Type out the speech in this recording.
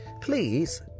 please